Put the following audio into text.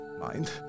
Mind